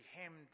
hemmed